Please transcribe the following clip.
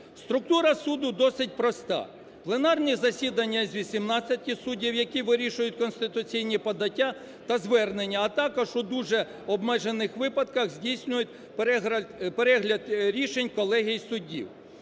Структура суду досить проста. Пленарні засідання з 18 суддів, які вирішують конституційні подання та звернення, а також у дуже обмежених випадках здійснюють перегляд рішень колегій суддів.